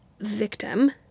victim